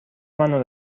منو